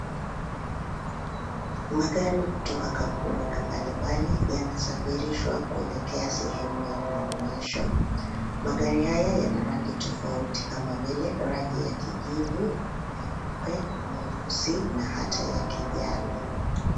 Magari kutoka kampuni mbalimbali yanasafirishwa kuelekea sehemu ya maonyesho. Magari haya yana rangi tofauti kama vile rangi ya kijivu, nyeupe, nyeusi na hata ya kijani.